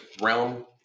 realm